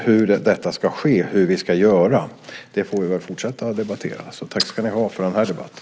Hur det ska ske och hur vi ska göra får vi fortsätta att debattera. Tack för den här debatten.